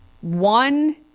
one